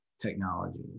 technology